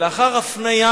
לאחר הפניה